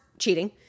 Cheating